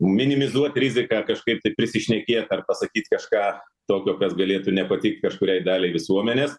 minimizuot riziką kažkaip tai prisišnekėt ar pasakyt kažką tokio kas galėtų nepatikt kažkuriai daliai visuomenės